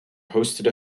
hosted